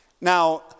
Now